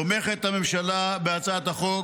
תומכת הממשלה בהצעת החוק